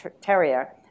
terrier